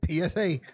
PSA